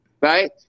right